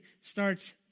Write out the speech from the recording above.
starts